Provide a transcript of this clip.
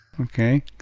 okay